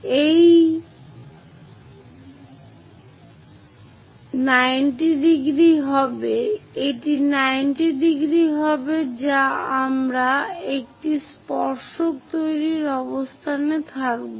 এটি 90°হবে যা আমরা একটি স্পর্শক তৈরির অবস্থানে থাকব